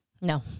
No